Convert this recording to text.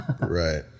right